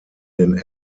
den